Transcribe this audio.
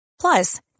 Plus